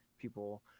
people